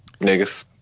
niggas